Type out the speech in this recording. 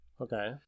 Okay